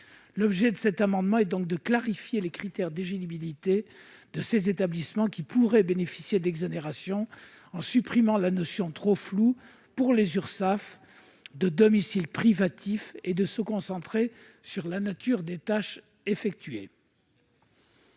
L'objet de cet amendement est donc de clarifier les critères d'éligibilité des établissements susceptibles de bénéficier d'exonération en supprimant la notion trop floue, pour les Urssaf, de domicile privatif, pour se concentrer sur la nature des tâches effectuées.